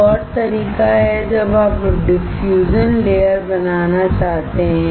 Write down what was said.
एक और तरीका है जब आप डिफ्यूजन लेयर बनाना चाहते हैं